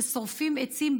ששורפים עצים,